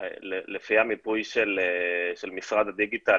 לפי המיפוי של משרד הדיגיטל,